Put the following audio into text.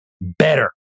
better